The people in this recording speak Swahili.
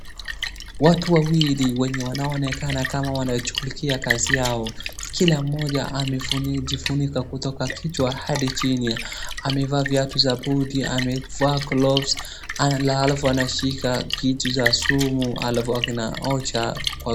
Watu wawili wenye wanaonekana kama wanashughulikia kazi yao. Kila mmoja amejifunika kutoka kichwa hadi chini. Amevaa viatu za buti, amevaa gloves halafu anashika vitu za sumu halafu ananyosha kwa